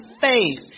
faith